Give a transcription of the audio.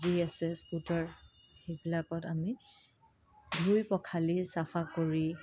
যি আছে স্কুটাৰ সেইবিলাকত আমি ধুই পখালি চাফা কৰি